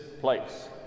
place